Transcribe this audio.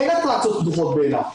אין אטרקציות פתוחות באילת,